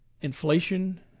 Inflation